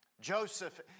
Joseph